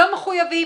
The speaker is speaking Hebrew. לא מחויבים.